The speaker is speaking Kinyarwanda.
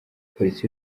polisi